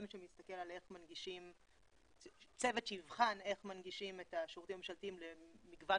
של צוות שיבחן איך מנגישים את השירותים הממשלתיים למגוון